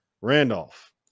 Randolph